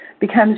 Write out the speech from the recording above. becomes